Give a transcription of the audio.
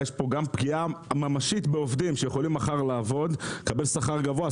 יש פה גם פגיעה ממשית בעובדים שיכולים מחר לעבוד ולקבל שכר גבוה.